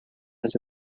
has